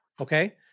okay